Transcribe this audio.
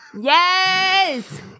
Yes